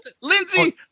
Lindsey